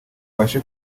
ubashe